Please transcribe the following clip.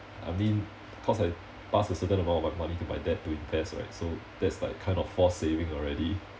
I mean cause I pass a certain amount of my money to my dad to invest right so that's like kind of forced saving already